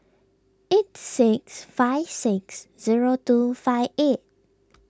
eight six five six zero two five eight